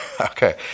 Okay